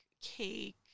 Cake